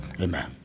amen